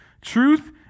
Truth